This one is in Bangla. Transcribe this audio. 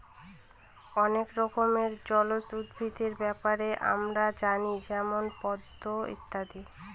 অনেক রকমের জলজ উদ্ভিদের ব্যাপারে আমরা জানি যেমন পদ্ম ইত্যাদি